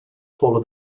taller